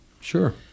Sure